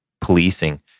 policing